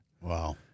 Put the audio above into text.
Wow